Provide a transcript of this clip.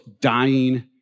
dying